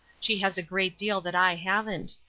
she has a great deal that i haven't.